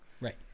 Right